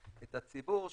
את הציבור,